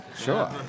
Sure